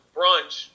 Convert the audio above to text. brunch